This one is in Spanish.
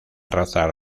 raza